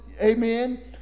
amen